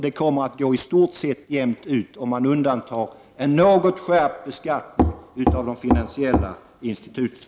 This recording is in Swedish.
Det kommer då att gå i stort sett jämnt ut, om man undantar en något skärpt beskattning av de finansiella instituten.